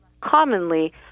commonly